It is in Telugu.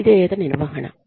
అవిధేయత నిర్వహణ